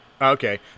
Okay